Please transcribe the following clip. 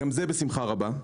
גם זה בשמחה רבה.